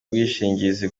ubwishingizi